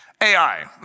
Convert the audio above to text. AI